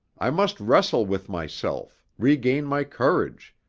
i must wrestle with myself, regain my courage,